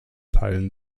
teilen